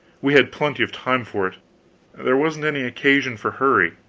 we had plenty of time for it there wasn't any occasion for hurry.